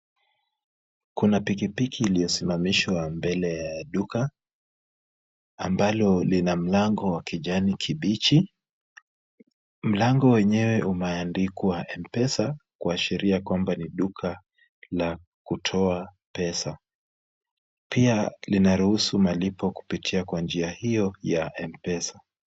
Kuna pikipiki iliosimamishwa mbele ya duka, ambalo lina mlango wa kijani kibichi, mlango wenyewe umeandikwa M-Pesa kwa sheria kwamba ni duka la kutoa pesa. Pia lina ruhusu malipo kupitia kwa njia hiyo ya M-Pesa.